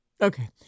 Okay